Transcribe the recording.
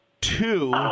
Two